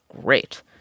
great